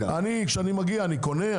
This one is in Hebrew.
אני, כשאני מגיע, אני קונה,